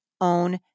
own